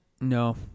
no